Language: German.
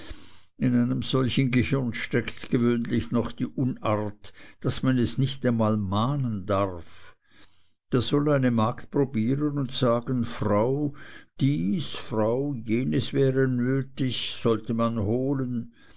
in einem solchen gehirn steckt gewöhnlich noch die unart daß man es nicht einmal mahnen darf da soll eine magd probieren und sagen frau dies frau jenes wäre nötig sollte man holen